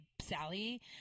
Sally